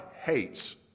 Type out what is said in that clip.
hates